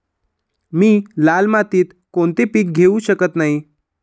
मी लाल मातीत कोणते पीक घेवू शकत नाही?